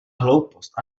hloupost